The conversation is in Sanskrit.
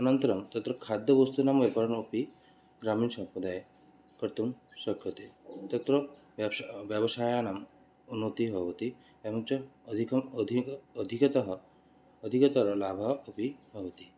अनन्तरं तत्र खाद्यवस्तूनां व्यापारणम् अपि ग्रामीणसम्प्रदाये कर्तुं शक्यते तत्र व्यवसायानाम् उन्नतिः भवति एवं च अधिकम् अधिकम् अधिकतः अधिकतरलाभः अपि भवति